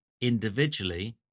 individually